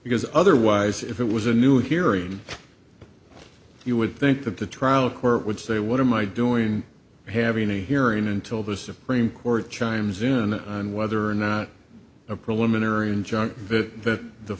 because otherwise if it was a new hearing you would think that the trial court would say one of my doing having a hearing until the supreme court chimes in on whether or not a preliminary injunction that the